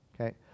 Okay